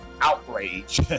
outrage